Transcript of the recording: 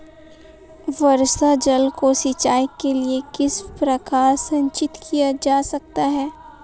वर्षा जल को सिंचाई के लिए किस प्रकार संचित किया जा सकता है?